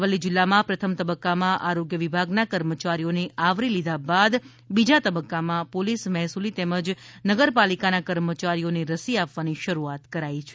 અરવલ્લી જિલ્લામાં પ્રથમ તબક્કામાં આરોગ્ય વિભાગના કર્મચારીઓને આવરી લીધા બાદ બીજા તબક્કામાં પોલિસ મહેસુલી તેમજ નગર પાલિકાના કર્મચારીઓને રસી આપવાની શરૂઆત કરાઈ છે